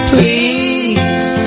Please